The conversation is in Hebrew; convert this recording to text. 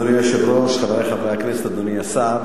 אדוני היושב-ראש, חברי חברי הכנסת, אדוני השר,